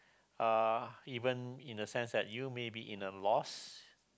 uh even in a sense that you may be in a lost